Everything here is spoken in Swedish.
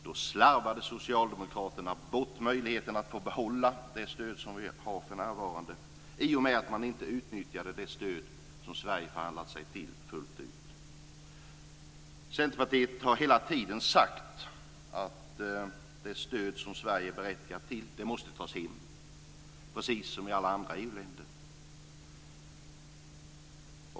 Då slarvade Socialdemokraterna bort möjligheten att få behålla det stöd som vi har för närvarande i och med att man inte fullt ut utnyttjade det stöd som Sverige förhandlat sig till. Centerpartiet har hela tiden sagt att det stöd som Sverige är berättigat till måste tas hem, precis som i alla andra EU-länder.